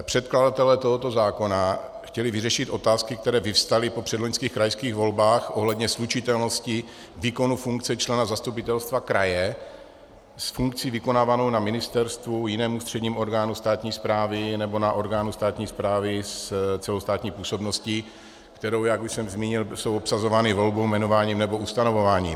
Předkladatelé tohoto zákona chtěli vyřešit otázky, které vyvstaly po předloňských krajských volbách ohledně slučitelnosti výkonu funkce člena zastupitelstva kraje s funkcí vykonávanou na ministerstvu, jiném ústředním orgánu státní správy nebo na orgánu státní správy s celostátní působností, které, jak už jsem zmínil, jsou obsazovány volbou, jmenováním nebo ustanovováním.